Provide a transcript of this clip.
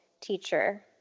teacher